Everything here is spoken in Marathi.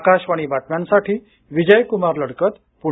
आकाशवाणी बातम्यांसाठी विजयकुमार लडकत पुणे